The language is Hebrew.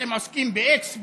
אתם עוסקים ב-x?